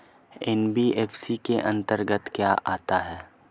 NBFC के अंतर्गत क्या आता है?